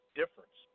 difference